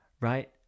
Right